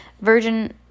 virgin